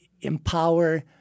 empower